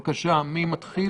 באיזה מחיר?